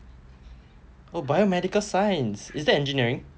oh biomedical science is that engineering